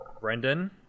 Brendan